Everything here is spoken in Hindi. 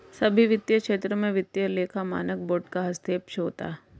सभी वित्तीय क्षेत्रों में वित्तीय लेखा मानक बोर्ड का हस्तक्षेप होता है